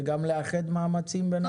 וגם לאחד מאמצים בין הוועדות.